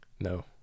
No